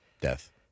death